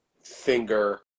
finger